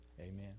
Amen